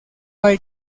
hay